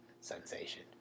sensation